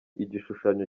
igishushanyo